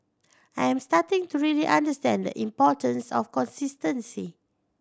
I am starting to really understand the importance of consistency